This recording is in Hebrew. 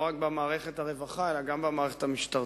לא רק במערכת הרווחה אלא גם במערכת המשטרתית.